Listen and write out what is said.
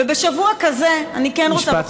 ובשבוע כזה אני כן רוצה,